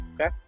okay